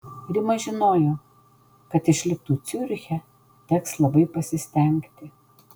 rima žinojo kad išliktų ciuriche teks labai pasistengti